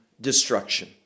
destruction